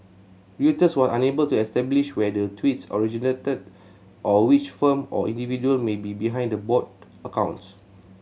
reuters was unable to establish where the tweets originated or which firm or individual may be behind the bot accounts